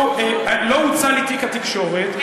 לא הוצע לי תיק התקשורת,